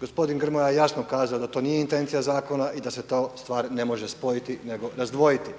Gospodin Grmoja je jasno kazao da to nije intencija zakona i da se ta stvar ne može spojiti nego razdvojiti.